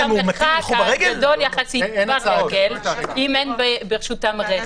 את המרחק הגדול הרגל, אם אין ברשותם רכב.